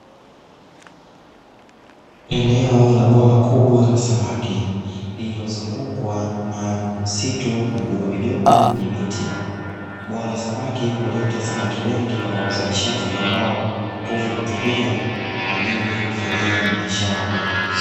Eneo la bwawa kubwa la samaki lililozungukwa na msitu midogomidogo yenye miti. Bwawa la samaki huleta samaki wengi wa uzalishaji, ambao mvuvi hutumia kwa ajili ya kufanyia biashara.